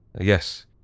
Yes